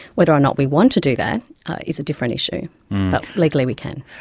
whether or not we want to do that is a different issue, but legally we can.